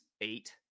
eight